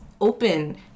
open